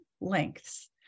lengths